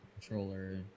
controller